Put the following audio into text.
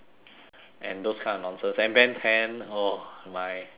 and those kind of nonsense and ben ten oh my so good